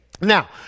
Now